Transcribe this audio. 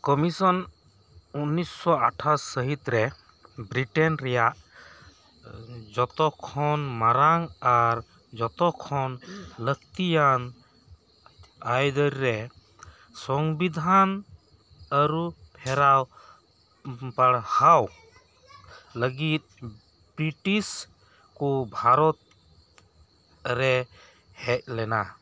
commission ᱩᱱᱤᱥᱥᱚ ᱟᱴᱷᱟᱥ ᱥᱟᱺᱦᱤᱛ ᱨᱮ ᱵᱨᱤᱴᱮᱱ ᱨᱮᱭᱟᱜ ᱡᱚᱛᱚᱠᱷᱚᱱ ᱢᱟᱨᱟᱝ ᱟᱨ ᱡᱚᱛᱚᱠᱷᱚᱱ ᱞᱟᱹᱠᱛᱤᱭᱟᱱ ᱟᱹᱭᱫᱟᱹᱨ ᱨᱮ ᱥᱚᱝᱵᱤᱫᱷᱟᱱ ᱟᱹᱨᱩ ᱯᱷᱮᱨᱟᱣ ᱯᱟᱲᱦᱟᱣ ᱞᱟᱹᱜᱤᱫ ᱵᱨᱤᱴᱤᱥ ᱠᱚ ᱵᱷᱟᱨᱚᱛ ᱨᱮᱠᱚ ᱦᱮᱡ ᱞᱮᱱᱟ